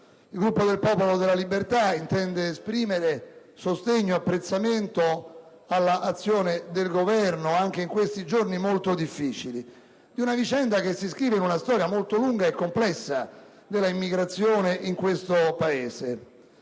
il Gruppo del Popolo della Libertà intende esprimere sostegno ed apprezzamento all'azione del Governo anche in questi giorni molto difficili. È una vicenda che si inscrive nella storia molto lunga e complessa dell'immigrazione in questo Paese.